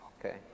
Okay